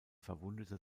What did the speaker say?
verwundete